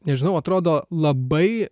nežinau atrodo labai